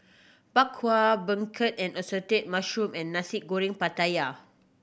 Bak Kwa Beancurd and assorted mushroom and Nasi Goreng Pattaya